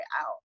out